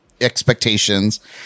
expectations